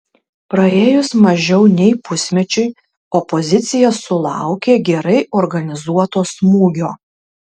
praėjus mažiau nei pusmečiui opozicija sulaukė gerai organizuoto smūgio